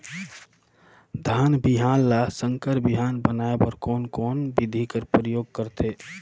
धान बिहान ल संकर बिहान बनाय बर कोन कोन बिधी कर प्रयोग करथे?